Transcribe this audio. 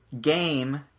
Game-